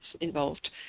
involved